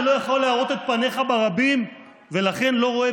שלא יכול להראות את פניך ברבים ולכן לא רואה